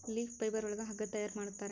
leaf fibre ಒಳಗ ಹಗ್ಗ ತಯಾರ್ ಮಾಡುತ್ತಾರೆ